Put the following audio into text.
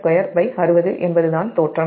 8260 என்பதுதான் தோற்றம்